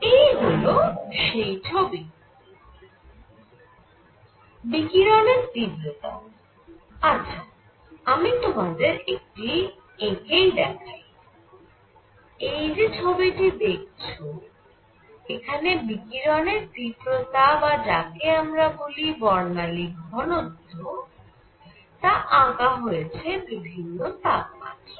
এই হল সেই ছবি বিকিরণের তীব্রতার আচ্ছা আমি তোমাদের এটি এঁকে দেখাই এই যে ছবিটি দেখছ এখানে বিকিরণের তীব্রতা বা যাকে আমরা বলি বর্ণালী ঘনত্ব তা আঁকা হয়েছে বিভিন্ন তাপমাত্রায়